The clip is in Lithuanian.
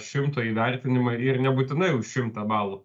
šimto įvertinimą ir nebūtinai už šimtą balų